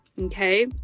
okay